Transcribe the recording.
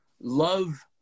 love